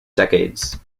decades